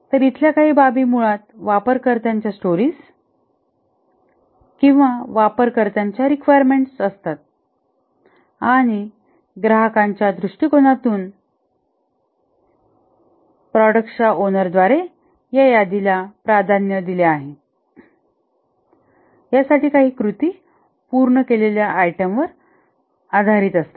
तर इथल्या काही बाबी मुळात वापरकर्त्याच्या स्टोरीज किंवा वापरकर्त्याच्या रिक्वायरमेंट्स असतात आणि ग्राहकांच्या दृष्टीकोनातून प्रॉडक्टच्या ओनरद्वारे या यादीला प्राधान्य दिले आहे यासाठी काही कृती पूर्ण केलेल्या आयटमवर आधारित असतात